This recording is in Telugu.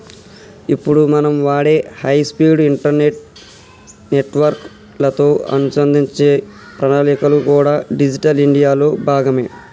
ఇప్పుడు మనం వాడే హై స్పీడ్ ఇంటర్నెట్ నెట్వర్క్ లతో అనుసంధానించే ప్రణాళికలు కూడా డిజిటల్ ఇండియా లో భాగమే